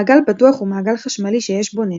מעגל פתוח הוא מעגל חשמלי שיש בו נתק,